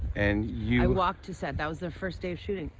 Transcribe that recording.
and you i walked to set. that was the first day of shooting.